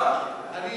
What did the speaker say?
אני